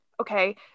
okay